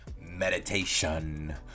meditation